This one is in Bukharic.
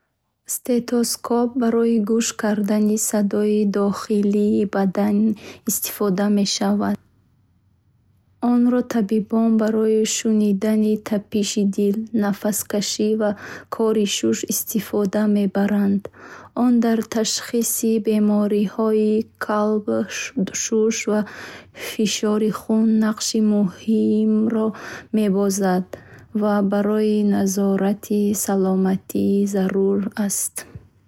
Стетоскоп барои гӯш кардани садои дохилии бадан истифода мешавад. Онро табибон барои шунидани таппиши дил нафаскашӣ ва кори шуш истифода мебаранд. Бо ёрии стетоскоп бемориҳо барвақт муайян карда мешаванд. Он дар ташхиси бемориҳои қалб шуш ва фишори хун нақши муҳим дорад. Стетоскоп воситаи асосии ҳар як духтур мебошад ва барои назорати саломатӣ зарур аст.